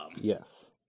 yes